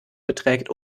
beträgt